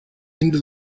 into